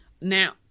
now